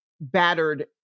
battered